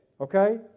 okay